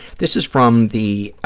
this is from the